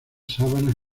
sábanas